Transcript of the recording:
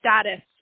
status